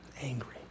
angry